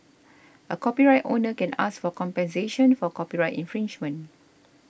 a copyright owner can ask for compensation for copyright infringement